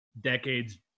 decades